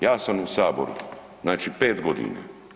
Ja sam u Saboru, znači 5 godina.